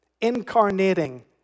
incarnating